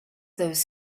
those